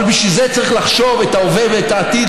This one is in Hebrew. אבל בשביל זה צריך לחשוב את ההווה ואת העתיד,